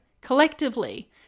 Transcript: Collectively